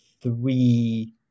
three